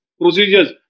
procedures